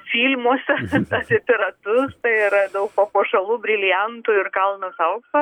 filmuoseapie piratus tai yra daug papuošalų briliantų ir kalnas aukso